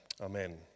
Amen